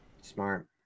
Smart